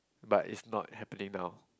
but is not happening now